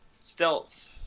stealth